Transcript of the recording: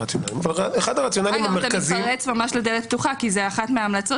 אחד הרציונלים המרכזיים -- אתה ממש מתפרץ לדלת פתוחה כי אחת ההמלצות